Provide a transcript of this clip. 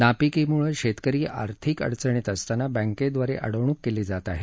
नापिकीमुळे शेतकरी ीर्थिक अडचणीत असताना बँकेद्वारे अडवणूक केली जात ीहे